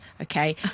Okay